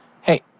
Hey